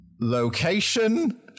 Location